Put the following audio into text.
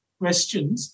questions